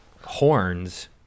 horns